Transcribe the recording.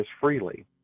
freely